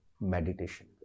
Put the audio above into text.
meditation